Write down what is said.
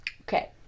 Okay